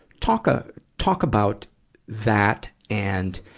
talk a, talk about that and,